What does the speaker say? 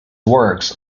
works